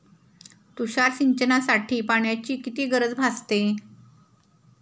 तुषार सिंचनासाठी पाण्याची किती गरज भासते?